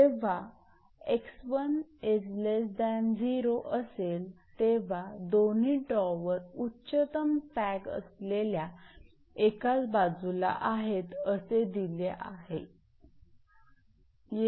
जेव्हा 𝑥1 0 असेल तेव्हा दोन्ही टॉवर उच्चतम सॅग असलेल्या एकाच बाजूला आहेत असे दिले आहे